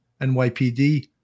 NYPD